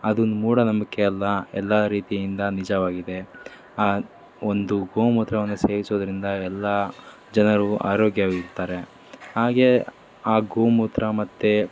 ಅದು ಮೂಢನಂಬಿಕೆ ಅಲ್ಲ ಎಲ್ಲ ರೀತಿಯಿಂದ ನಿಜವಾಗಿದೆ ಆ ಒಂದು ಗೋಮೂತ್ರವನ್ನು ಸೇವಿಸೋದರಿಂದ ಎಲ್ಲ ಜನರು ಆರೋಗ್ಯವಿರ್ತಾರೆ ಹಾಗೇ ಆ ಗೋಮೂತ್ರ ಮತ್ತು